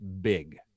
Big